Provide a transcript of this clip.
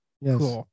Yes